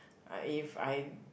if I